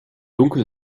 dunkel